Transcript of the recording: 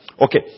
Okay